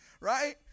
Right